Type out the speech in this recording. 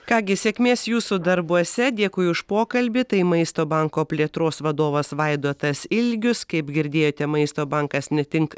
ką gi sėkmės jūsų darbuose dėkui už pokalbį tai maisto banko plėtros vadovas vaidotas ilgius kaip girdėjote maisto bankas ne tink